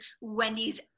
Wendy's